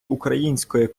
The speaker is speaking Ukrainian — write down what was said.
української